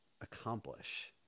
accomplish